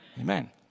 Amen